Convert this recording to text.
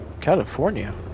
California